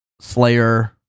Slayer